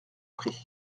prit